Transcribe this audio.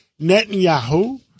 Netanyahu